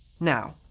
now,